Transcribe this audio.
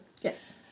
Yes